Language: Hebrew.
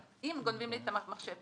אם גונבים לי את המחשב,